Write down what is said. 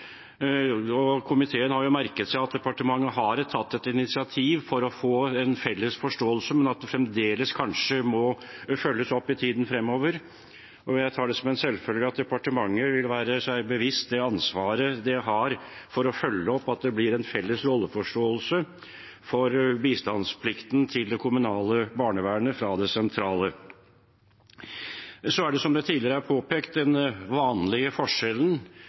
bistandsplikten. Komiteen har merket seg at departementet har tatt et initiativ for å få en felles forståelse, men at det fremdeles kanskje må følges opp i tiden fremover. Jeg tar det som en selvfølge at departementet vil være seg bevisst det ansvaret det har for å følge opp at det blir en felles rolleforståelse for bistandsplikten til det kommunale barnevernet fra det sentrale. Så er det, som tidligere påpekt, den vanlige forskjellen